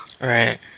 Right